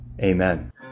Amen